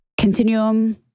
Continuum